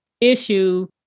issue